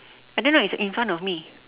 I don't know it's in front of me